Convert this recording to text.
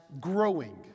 growing